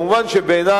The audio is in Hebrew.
מובן שבעיני